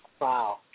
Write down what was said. Wow